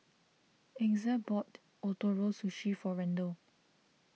Exa bought Ootoro Sushi for Randle